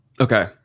Okay